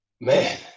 man